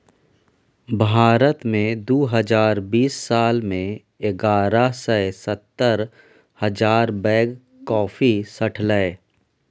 भारत मे दु हजार बीस साल मे एगारह सय सत्तर हजार बैग कॉफी सठलै